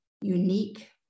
unique